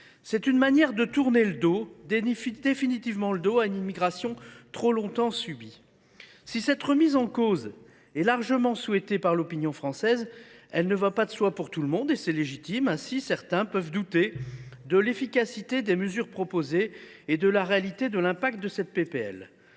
C’est une manière de tourner définitivement le dos à une immigration trop longtemps subie. Si cette remise en cause est largement souhaitée par l’opinion française, elle ne va naturellement pas de soi pour tout le monde. Ainsi, certains peuvent douter de l’efficacité des mesures proposées et de la réalité des effets de cette